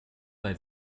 bei